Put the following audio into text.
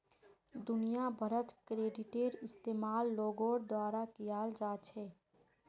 दुनिया भरत क्रेडिटेर इस्तेमाल लोगोर द्वारा कियाल जा छेक